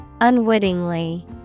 Unwittingly